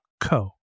co